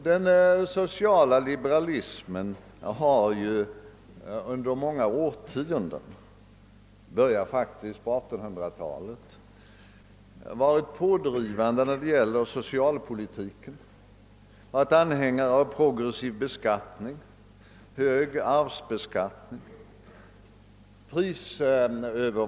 Den sociala liberalismen har under många årtionden — den började faktiskt på 1800-talet — varit pådrivande när det gäller socialpolitiken; dess företrädade har varit anhängare av progressiv beskattning och hög arvsbeskattning.